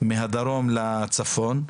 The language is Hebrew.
מהדרום לצפון,